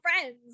friends